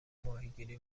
ماهیگیری